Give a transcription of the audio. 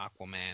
Aquaman